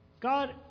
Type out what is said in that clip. God